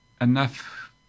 enough